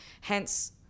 Hence